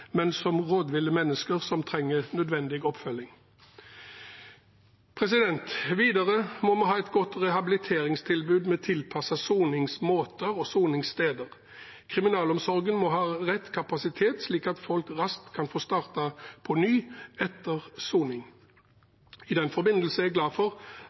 men som rådville mennesker som trenger nødvendig oppfølging. Videre må vi ha et godt rehabiliteringstilbud med tilpassede soningsmåter og soningssteder. Kriminalomsorgen må ha rett kapasitet, slik at folk raskt kan få startet på ny etter soning. I den forbindelse er jeg glad for